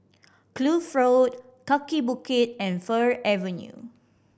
Kloof Road Kaki Bukit and Fir Avenue